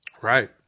Right